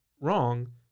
Wrong